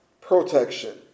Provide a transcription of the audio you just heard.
protection